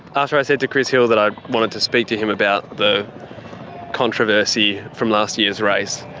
after i said to chris hill that i wanted to speak to him about the controversy from last year's race,